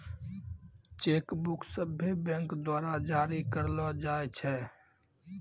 cheque book सभ्भे bank द्वारा जारी करलो जाय छै